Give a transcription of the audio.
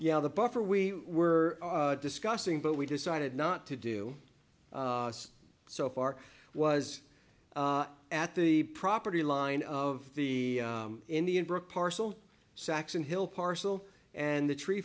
yeah the buffer we were discussing but we decided not to do so far was at the property line of the indian brook parcel saxon hill parcel and the tree